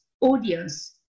audience